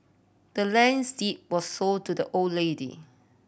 the land's deed was sold to the old lady